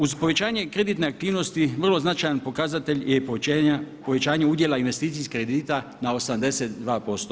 Uz povećanje kreditne aktivnost vrlo značajan pokazatelj je i povećanje udjela investicijskih kredita na 82%